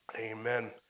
amen